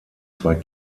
zwei